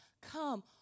Come